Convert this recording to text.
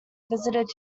visited